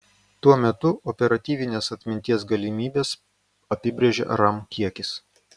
tuo metu operatyvinės atminties galimybes apibrėžia ram kiekis